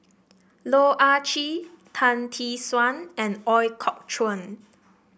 Loh Ah Chee Tan Tee Suan and Ooi Kok Chuen